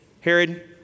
Herod